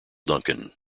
duncan